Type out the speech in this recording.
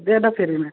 दे द फ्रीमे